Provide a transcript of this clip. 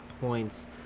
points